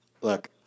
look